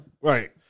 Right